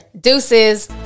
deuces